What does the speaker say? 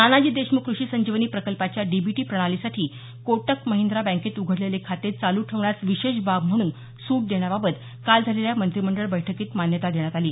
नानाजी देशमुख कृषी संजीवनी प्रकल्पाच्या डीबीटी प्रणालीसाठी कोटक महिंद्रा बँकेत उघडलेले खाते चालू ठेवण्यास विशेष बाब म्हणून सूट देण्याबाबत काल झालेल्या मंत्रिमंडळ बैठकीत मान्यता देण्यात आली